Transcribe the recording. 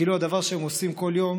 כאילו הדבר שהם עושים בכל יום